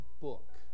book